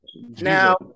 Now